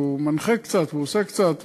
שהוא מנחה קצת ועושה קצת,